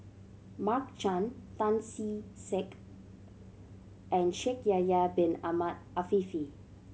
Mark Chan Tan See Sek and Shaikh Yahya Bin Ahmed Afifi